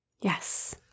Yes